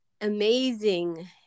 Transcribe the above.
amazing